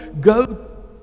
go